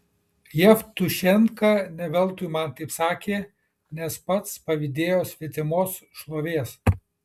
jevtušenka ne veltui man taip atsakė nes pats pavydėjo svetimos šlovės